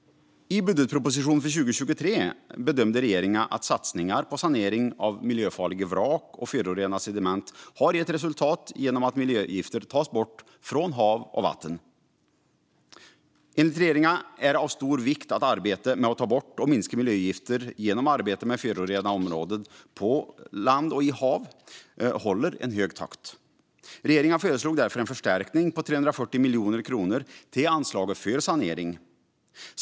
I budgetpropositionen för 2023 bedömde regeringen att satsningar på sanering av miljöfarliga vrak och förorenade sediment har gett resultat genom att miljögifter tas bort från hav och vatten. Enligt regeringen är det av stor vikt att arbetet med att ta bort och minska miljögifter genom arbetet med förorenade områden på land och i hav håller en hög takt. Regeringen föreslog därför en förstärkning på 340 miljoner kronor till anslaget för sanering.